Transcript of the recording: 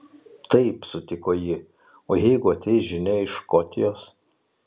taip sutiko ji o jeigu ateis žinia iš škotijos